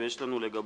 ויש לנו לגביו